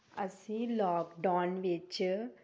ਅਸੀਂ ਲੋਕਡੌਨ ਵਿੱਚ